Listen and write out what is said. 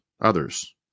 others